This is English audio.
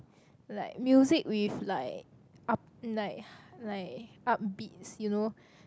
like music with like up like like upbeats you know